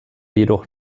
jedoch